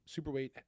Superweight